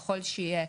אם יהיה.